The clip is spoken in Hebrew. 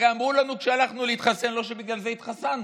הרי אמרו לנו כשהלכנו להתחסן, לא שבגלל זה התחסנו,